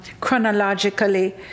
chronologically